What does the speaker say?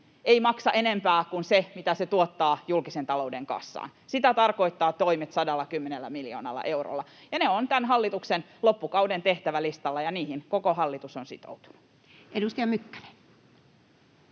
ei maksa enempää kuin se, mitä se tuottaa julkisen talouden kassaan. Sitä tarkoittavat toimet 110 miljoonalla eurolla, ja ne ovat tämän hallituksen loppukauden tehtävälistalla, ja niihin koko hallitus on sitoutunut. [Speech